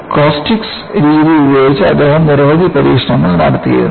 caustics രീതി ഉപയോഗിച്ച് അദ്ദേഹം നിരവധി പരീക്ഷണങ്ങൾ നടത്തിയിരുന്നു